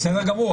בסדר גמור,